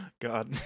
God